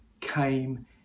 came